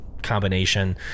combination